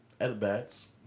at-bats